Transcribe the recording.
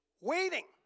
waiting